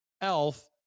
Elf